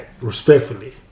Respectfully